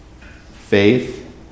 Faith